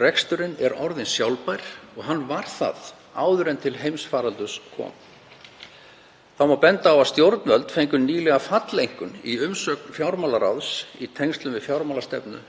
Ríkisreksturinn er orðinn sjálfbær og hann var það áður en til heimsfaraldurs kom. Þá má benda á að stjórnvöld fengu nýlega falleinkunn í umsögn fjármálaráðs í tengslum við fjármálastefnu